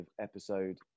episode